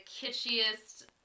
kitschiest